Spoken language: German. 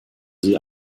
sie